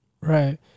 Right